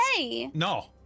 No